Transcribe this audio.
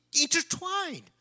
intertwined